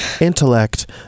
intellect